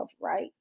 right